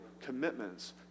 commitments